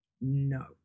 No